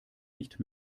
nicht